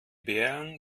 beeren